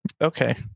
Okay